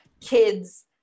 kids